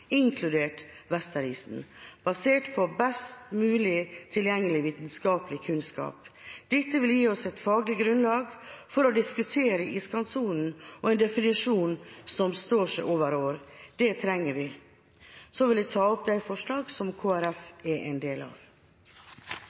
inkludert Vesterisen, basert på best tilgjengelig vitenskapelig kunnskap. Dette vil gi oss et faglig grunnlag for å diskutere iskantsonen og en definisjon som står seg over år. Det trenger vi. Så vil jeg ta opp de forslag som Kristelig Folkeparti er en del av.